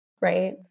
right